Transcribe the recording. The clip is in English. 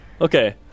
Okay